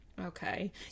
Okay